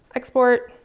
export.